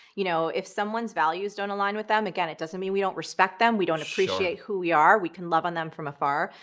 you know if someone's values don't align with them, again, it doesn't mean we don't respect them, we don't appreciate who we are, we can love on them from afar,